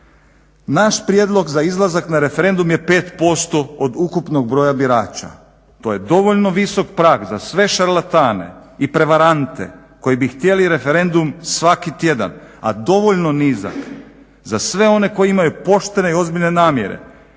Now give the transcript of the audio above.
Naš prijedlog za izlazak na referendum je 5% od ukupnog broja birača. To je dovoljno visok prag za sve šarlatane i prevarante koji bi htjeli referendum svaki tjedan, a dovoljno nizak za sve one koji imaju poštene i ozbiljne namjere.